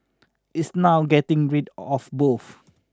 it's now getting rid of both